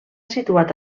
situat